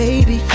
Baby